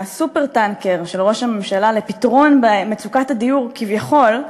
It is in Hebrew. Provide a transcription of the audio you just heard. ה"סופר-טנקר" של ראש הממשלה לפתרון מצוקת הדיור כביכול,